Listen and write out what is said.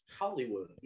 Hollywood